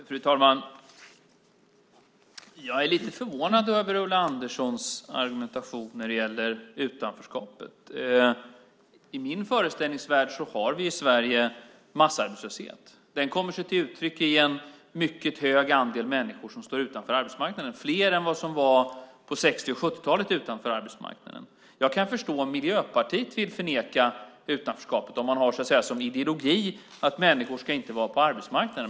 Fru talman! Jag är lite förvånad över Ulla Anderssons argumentation när det gäller utanförskapet. I min föreställningsvärld har vi massarbetslöshet i Sverige. Den kommer till uttryck i en mycket hög andel människor som står utanför arbetsmarknaden. Det är fler än vad som var fallet på 60 och 70-talet. Jag kan förstå om Miljöpartiet vill förneka utanförskapet om man har som ideologi att människor inte ska vara på arbetsmarknaden.